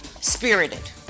spirited